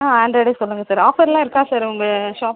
ஆ ஆண்ட்ராய்ட்டே சொல்லுங்கள் சார் ஆஃபர்லாம் இருக்கா சார் உங்க ஷாப்